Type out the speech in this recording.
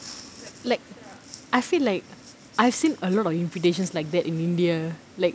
like I feel like I've seen a lot of invitations like that in india like